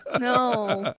No